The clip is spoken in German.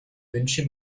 wünsche